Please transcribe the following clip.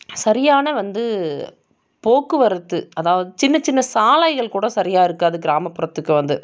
சரியான வந்து போக்குவரத்து அதாவது சின்ன சின்ன சாலைகள் கூட சரியாக இருக்காது கிராமப்புறத்துக்கு வந்து